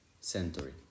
century